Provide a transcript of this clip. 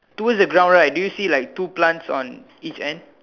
towards the ground right do you see like two plants on each end